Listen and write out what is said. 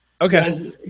Okay